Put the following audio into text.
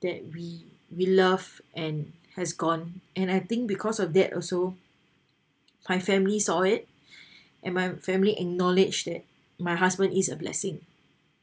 that we we love and has gone and I think because of that also my family saw it and my family acknowledged it my husband is a blessing